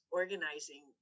organizing